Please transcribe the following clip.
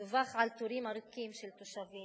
דווח על תורים ארוכים של תושבים,